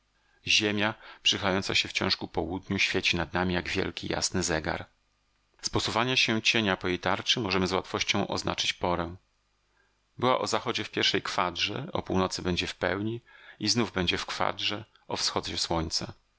ziemia przechylająca się wciąż ku południu świeci nad nami jak wielki jasny zegar z posuwania się cienia po jej tarczy możemy z łatwością oznaczyć porę była o zachodzie w pierwszej kwadrze o północy będzie w pełni i znów będzie w kwadrze o wschodzie słońca